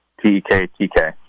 T-E-K-T-K